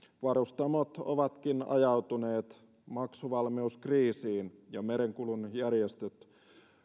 varustamot ovatkin ajautuneet maksuvalmiuskriisiin ja merenkulun järjestöt